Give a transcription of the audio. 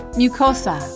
mucosa